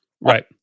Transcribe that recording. Right